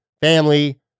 Family